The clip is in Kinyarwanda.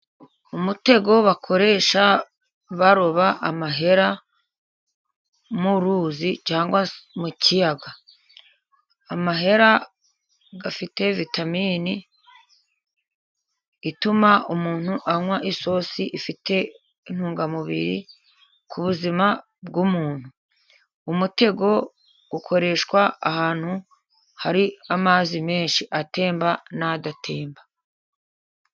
Umutego bakoresha baroba amahera mu ruzi cyangwa mu kiyaga. Amahera afite vitamine ituma umuntu anywa isosi ifite intungamubiri ku buzima bw'umuntu. Umutego ukoreshwa ahantu hari amazi menshi, atemba n'adatemba.